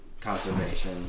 Conservation